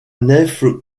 nef